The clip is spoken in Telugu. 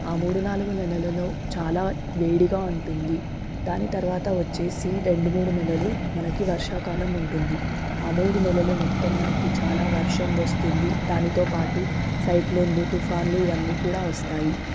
ఆ మూడు నాలుగు నెలలలో చాలా వేడిగా ఉంటుంది దాని తరువాత వచ్చేసి రెండు మూడు నెలలు మనకి వర్షాకాలం ఉంటుంది ఆ మూడు నెలలు మొత్తం మనకి చాలా వర్షం వస్తుంది దానితో పాటు సైక్లోన్లు తూఫాన్లు ఇవన్నీ కూడ వస్తాయి